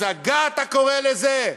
הצגה אתה קורא לזה?